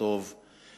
והטוב שהיה אתמול.